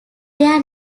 their